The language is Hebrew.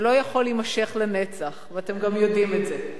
זה לא יכול להימשך לנצח, ואתם גם יודעים את זה.